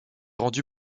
rendu